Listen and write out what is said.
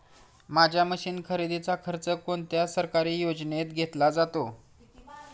माझ्या मशीन खरेदीचा खर्च कोणत्या सरकारी योजनेत घेतला जातो?